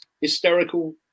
hysterical